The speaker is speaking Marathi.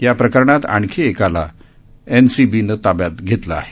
या प्रकरणात आणखी एकाला एन सी बीनं ताब्यात घेतलं आहे